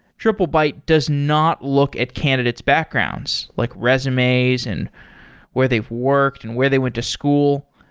triplebyte does not look at candidate's backgrounds, like resumes and where they've worked and where they went to school.